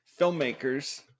filmmakers